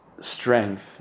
strength